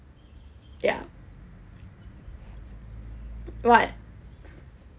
ya what